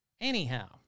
anyhow